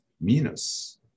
Minus